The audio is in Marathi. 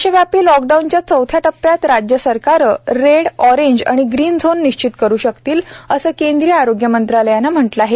देशव्यापी लॉकडाऊनच्या चौथ्या टप्प्यात राज्य सरकारं रेड ऑरेंज आणि ग्रीन झोन निश्चित करु शकतील असं केंद्रीय आरोग्य मंत्रालयानं म्हटलं आहे